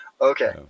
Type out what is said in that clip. okay